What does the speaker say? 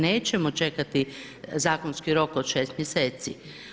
Nećemo čekati zakonski rok od 6 mjeseci.